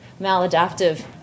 maladaptive